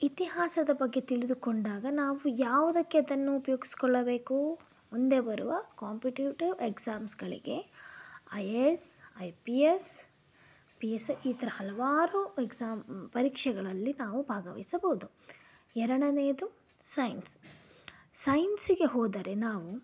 ಇತಿಹಾಸದ ಬಗ್ಗೆ ತಿಳಿದುಕೊಂಡಾಗ ನಾವು ಯಾವುದಕ್ಕೆ ಅದನ್ನು ಉಪಯೋಗಿಸಿಕೊಳ್ಳಬೇಕು ಮುಂದೆ ಬರುವ ಕಾಂಪಿಟಿಟಿವ್ ಎಕ್ಸಾಮ್ಗಳಿಗೆ I A S I P S P S I ಈ ತರ ಹಲವಾರು ಎಕ್ಸಾಮ್ ಪರೀಕ್ಷೆಗಳಲ್ಲಿ ನಾವು ಭಾಗವಹಿಸಬಹುದು ಎರಡನೆಯದು ಸೈನ್ಸ್ ಸೈನ್ಸ್ಗೆ ಹೋದರೆ ನಾವು